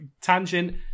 Tangent